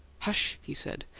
hush, he said,